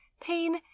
pain